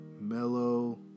mellow